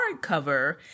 hardcover